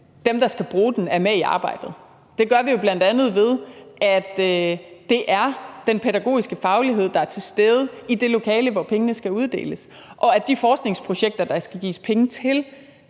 dem, der skal bruge den, er med i arbejdet. Det gør vi jo bl.a. ved, at det er den pædagogiske faglighed, der er til stede i det lokale, hvor pengene skal uddeles, og at de forskningsprojekter, der skal gives penge til,